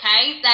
okay